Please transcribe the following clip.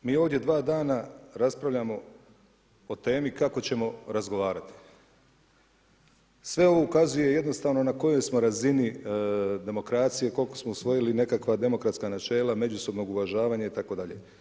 Mi ovdje dva dana raspravljamo o temi kako ćemo razgovarati, sve ovo ukazuje jednostavno na kojoj smo razini demokracije, koliko smo usvojili nekakva demokratska načela međusobnog uvažavanja itd.